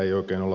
miksi